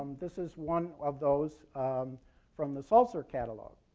this is one of those from the salzer catalog.